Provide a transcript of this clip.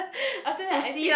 after that I said that